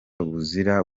buzira